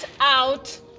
out